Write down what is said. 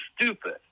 stupid